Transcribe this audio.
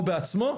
או בעצמו,